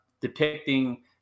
depicting